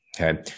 Okay